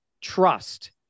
trust